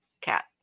cat